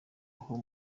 naho